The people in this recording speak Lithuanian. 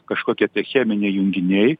kažkokie tai cheminiai junginiai